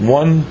one